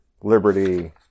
liberty